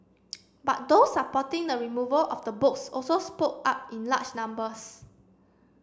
but those supporting the removal of the books also spoke up in large numbers